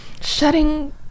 shutting